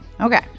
Okay